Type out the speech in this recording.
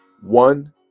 One